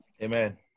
Amen